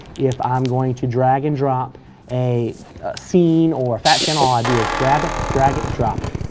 if i'm going to drag and drop a scene or a fat channel all i do is grab it, drag it, drop it,